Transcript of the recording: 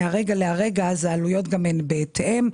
מרגע לרגע העלויות הן בהתאם,